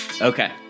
Okay